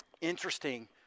interesting